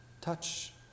Touch